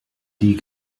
die